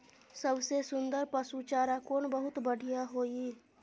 सबसे सुन्दर पसु चारा कोन बहुत बढियां होय इ?